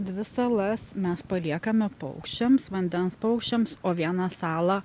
dvi salas mes paliekame paukščiams vandens paukščiams o vieną salą